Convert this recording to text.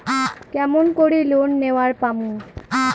কেমন করি লোন নেওয়ার পামু?